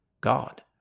God